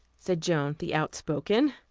said joan the outspoken.